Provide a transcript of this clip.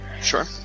Sure